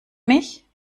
mich